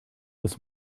this